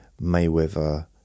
Mayweather